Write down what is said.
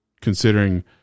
considering